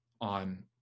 on